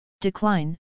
Decline